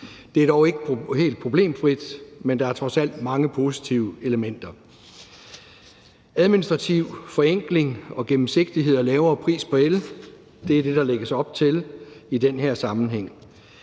Det er ikke helt problemfrit, men der er trods alt mange positive elementer. Administrativ forenkling og gennemsigtighed og lavere pris på el er det, der lægges op til i den her sammenhæng.